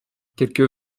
quelques